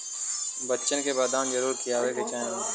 बच्चन के बदाम जरूर खियावे के चाही